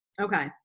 Okay